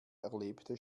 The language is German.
erlebte